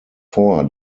vor